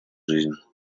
жизнь